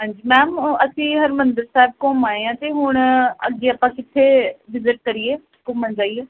ਹਾਂਜੀ ਮੈਮ ਅਸੀਂ ਹਰਿਮੰਦਰ ਸਾਹਿਬ ਘੁੰਮ ਆਏ ਹਾਂ ਅਤੇ ਹੁਣ ਅੱਗੇ ਆਪਾਂ ਕਿੱਥੇ ਵੀਜ਼ਿਟ ਕਰੀਏ ਘੁੰਮਣ ਜਾਈਏ